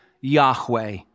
Yahweh